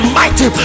mighty